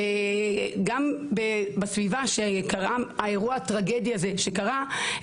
גם בסביבה שקרה האירוע הטראגי הזה שקרה,